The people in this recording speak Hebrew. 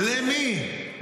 למי?